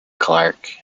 clark